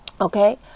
okay